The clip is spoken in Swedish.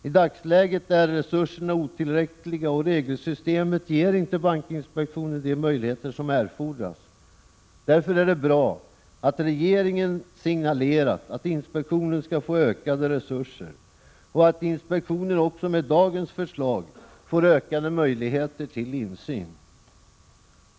I dagsläget är personalresurserna otillräckliga och regelsystemet ger inte bankinspektionen de möjligheter som erfordras. Därför är det bra att regeringen signalerat att inspektionen skall få ökade resurser och att inspektionen också med dagens förslag får ökade möjligheter till insyn.